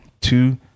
two